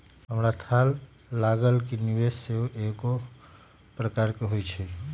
हमरा थाह लागल कि निवेश सेहो कएगो प्रकार के होइ छइ